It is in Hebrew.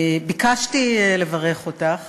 ביקשתי לברך אותך